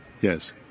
Yes